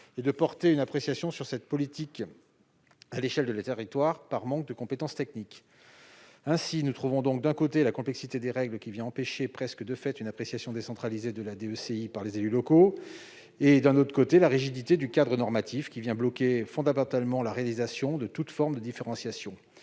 et de porter une appréciation sur cette politique à l'échelle de leur territoire, par manque de compétences techniques. Il y a donc, d'un côté, la complexité des règles qui vient empêcher, presque de fait, une appréciation décentralisée de la DECI par les élus locaux et, de l'autre, la rigidité du cadre normatif qui vient bloquer fondamentalement toute démarche de différenciation.